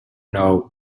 know